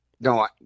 No